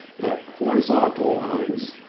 but horizontal lines.